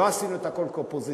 לא עשינו את הכול כאופוזיציה,